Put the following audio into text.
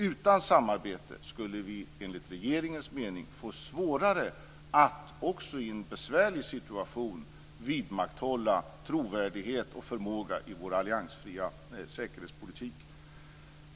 Utan samarbete skulle vi enligt regeringens mening få svårare att också i en besvärlig situation vidmakthålla trovärdighet och förmåga i vår alliansfria säkerhetspolitik.